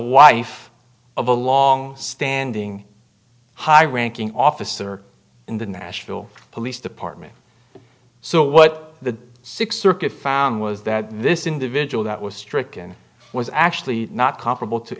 wife of a long standing high ranking officer in the nashville police department so what the sixth circuit found was that this individual that was stricken was actually not comparable to